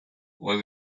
was